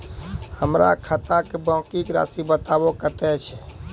हमर खाता के बाँकी के रासि बताबो कतेय छै?